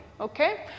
okay